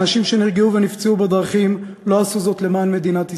האנשים שנהרגו ונפצעו בדרכים לא עשו זאת למען מדינת ישראל.